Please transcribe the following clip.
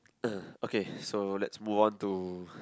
uh okay so let's move on to